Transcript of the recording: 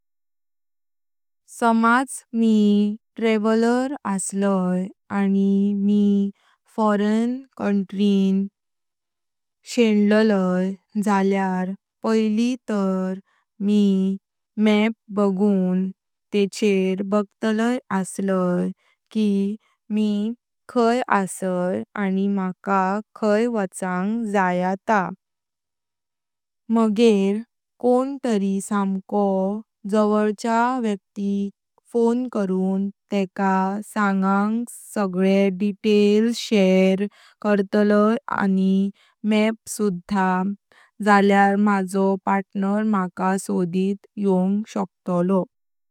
समज मि ट्रॅवलर असलाय आनी मि फॉरेन कंट्रीं शेळलाय जल्यार पहली तार मि मॅप बगुन तेचेर बगतलाय असलि कि मि खाय असाय आनी माका खाय वचांग जाय ता। मग कोण तरी सम्पको जावळच्या व्यक्तिक फोन करुन तेका सांगांग सगळे डिटेल्स शेयर करतलाय आनी मॅप सुधा जल्यार माझो पार्टनर माका सोडीत योंग शक्तलो।